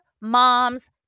moms